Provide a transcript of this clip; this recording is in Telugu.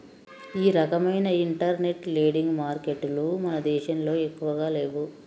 ఈ రకవైన ఇంటర్నెట్ లెండింగ్ మారికెట్టులు మన దేశంలో ఎక్కువగా లేవు